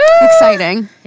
Exciting